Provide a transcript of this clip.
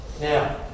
Now